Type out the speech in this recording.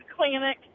clinic